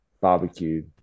barbecue